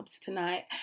tonight